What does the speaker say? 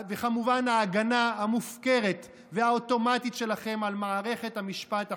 וכמובן ההגנה המופקרת והאוטומטית שלכם על מערכת המשפט החולה,